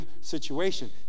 situation